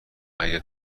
اگه